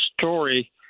story